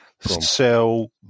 sell